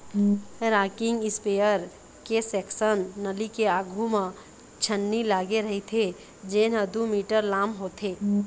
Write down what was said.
rocking spare के section नली के आघू म छन्नी लागे रहिथे जेन ह दू मीटर लाम होथे